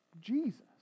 Jesus